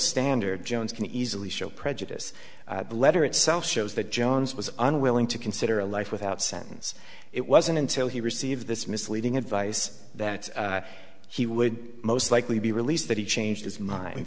standard jones can easily show prejudice the letter itself shows that jones was unwilling to consider a life without sentence it wasn't until he received this misleading advice that he would most likely be released that he changed his mind